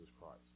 Christ